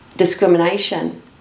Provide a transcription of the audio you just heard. discrimination